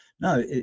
no